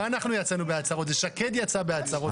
לא אנחנו יצאנו בהצהרות, זה שקד יצאה בהצהרות.